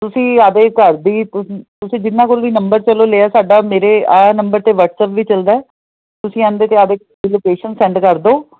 ਤੁਸੀਂ ਆਪਦੇ ਘਰ ਦੀ ਤੁਸੀਂ ਤੁਸੀਂ ਜਿਹਨਾਂ ਕੋਲ ਵੀ ਨੰਬਰ ਚਲੋ ਲਿਆ ਸਾਡਾ ਮੇਰੇ ਆਹ ਨੰਬਰ 'ਤੇ ਵਟਸਐਪ ਵੀ ਚੱਲਦਾ ਤੁਸੀਂ ਇਹਦੇ 'ਤੇ ਆਪਦੇ ਲੋਕੇਸ਼ਨ ਸੈਂਡ ਕਰ ਦਿਓ